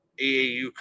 AAU